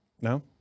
No